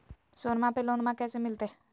सोनमा पे लोनमा कैसे मिलते?